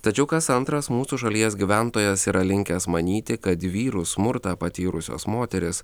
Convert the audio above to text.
tačiau kas antras mūsų šalies gyventojas yra linkęs manyti kad vyrų smurtą patyrusios moterys